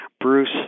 Bruce